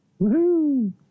Woohoo